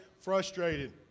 frustrated